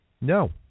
No